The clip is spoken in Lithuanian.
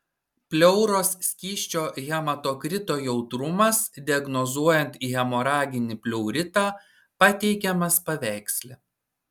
pleuros skysčio hematokrito jautrumas diagnozuojant hemoraginį pleuritą pateikiamas paveiksle